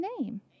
name